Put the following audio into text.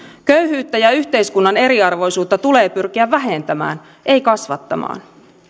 köyhyyttä ja yhteiskunnan eriarvoisuutta tulee pyrkiä vähentämään ei kasvattamaan